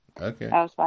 Okay